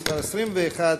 מס בשיעור אפס על תרופות),